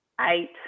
eight